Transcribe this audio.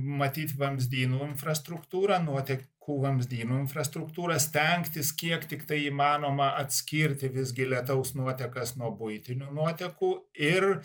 matyt vamzdynų infrastruktūrą nuotekų vamzdynų infrastruktūrą stengtis kiek tiktai įmanoma atskirti visgi lietaus nuotekas nuo buitinių nuotekų ir